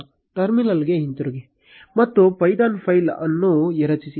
ಟರ್ಮಿನಲ್ಗೆ ಹಿಂತಿರುಗಿ ಮತ್ತು ಪೈಥಾನ್ ಫೈಲ್ ಅನ್ನು ರಚಿಸಿ